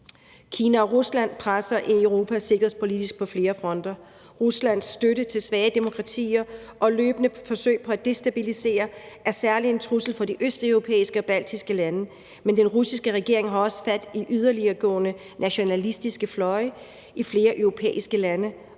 Kina og Rusland presser Europa sikkerhedspolitisk på flere fronter. Ruslands støtte til svage demokratier og løbende forsøg på at destabilisere er særlig en trussel for de østeuropæiske og baltiske lande, men den russiske regering har også fat i yderligtgående nationalistiske fløje i flere europæiske lande